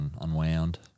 unwound